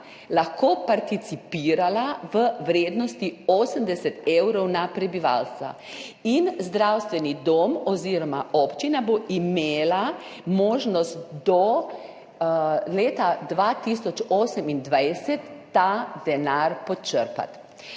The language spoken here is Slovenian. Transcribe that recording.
lahko participirala v vrednosti 80 evrov na prebivalca, in zdravstveni dom oziroma občina bo imela možnost do leta 2028 ta denar počrpati?